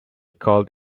called